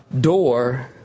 door